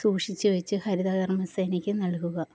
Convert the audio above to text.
സൂക്ഷിച്ചു വെച്ച് ഹരിതകർമ്മ സേനയ്ക്ക് നൽകുക